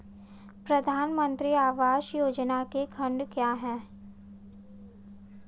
प्रधानमंत्री आवास योजना के खंड क्या हैं?